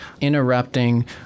interrupting